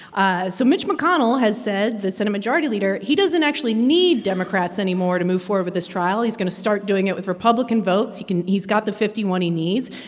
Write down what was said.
ah so mitch mcconnell has said the senate majority leader he doesn't actually need democrats anymore to move forward with this trial. he's going to start doing it with republican votes. he can he's got the fifty one he needs.